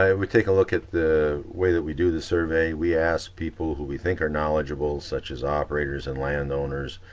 ah we take a look at the way that we do the survey, we asked people who we think are knowledgeable, such as operators and landowners,